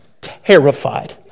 Terrified